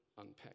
unpack